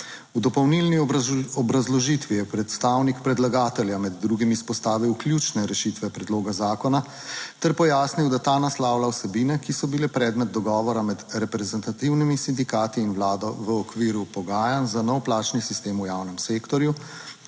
V dopolnilni obrazložitvi je predstavnik predlagatelja med drugim izpostavil ključne rešitve predloga zakona ter pojasnil, da ta naslavlja vsebine, ki so bile predmet dogovora med reprezentativnimi sindikati in Vlado v okviru pogajanj za nov plačni sistem v javnem sektorju,